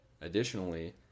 additionally